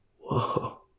Whoa